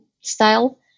style